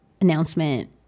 announcement